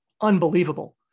unbelievable